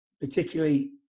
Particularly